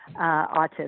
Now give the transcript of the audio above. autism